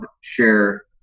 share